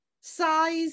size